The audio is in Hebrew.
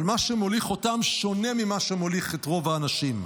אבל מה שמוליך אותם שונה ממה שמוליך את רוב האנשים.